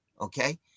Okay